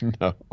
No